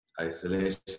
Isolation